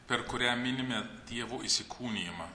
per kurią minime dievo įsikūnijimą